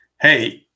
Hey